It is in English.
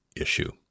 issue